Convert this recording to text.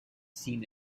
seen